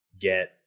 get